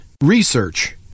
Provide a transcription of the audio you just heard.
research